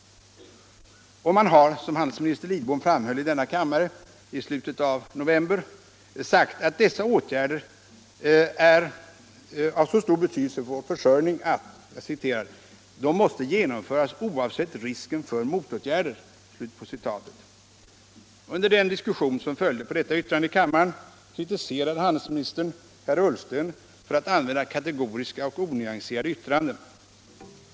Och man har, som handelsminister Lidbom framhöll i denna kammare i slutet av november, sagt att dessa åtgärder är av så stor betydelse för vår försörjning att ”de måste genomföras oavsett risken för motåtgärder”. Under den diskussion som följde på detta yttrande i kammaren kritiserade handelsministern herr Ullsten för att använda kategoriska och onyanserade yttranden.